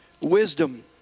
wisdom